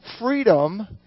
freedom